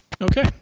Okay